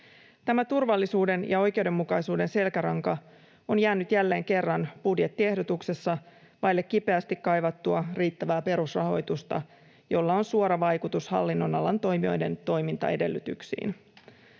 Tämä turvallisuuden ja oikeudenmukaisuuden selkäranka on jäänyt jälleen kerran budjettiehdotuksessa vaille kipeästi kaivattua riittävää perusrahoitusta, jolla on suora vaikutus hallinnonalan toimijoiden toimintaedellytyksiin.